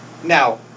Now